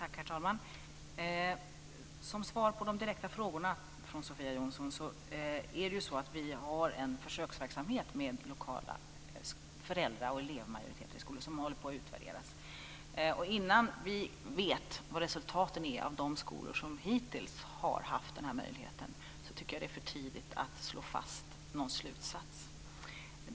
Herr talman! Som svar på de direkta frågorna från Sofia Jonsson kan jag säga att vi har en försöksverksamhet med lokala föräldra och elevmajoriteter i skolor som håller på att utvärderas. Innan vi vet vad resultatet är i de skolor som hittills har haft denna möjlighet är det för tidigt att slå fast någon slutsats.